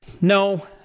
No